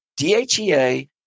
DHEA